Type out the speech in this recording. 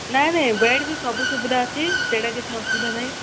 ନାଇ ନାଇ ବେଡ଼୍ ବି ସବୁ ସୁବିଧା ଅଛି ସେଇଟା କିଛି ଅସୁବିଧା ନାହିଁ